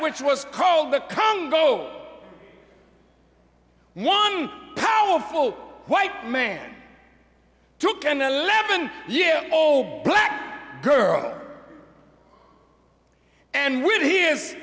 which was called the congo one powerful white man took an eleven year old black girl and we have here i